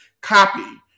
copy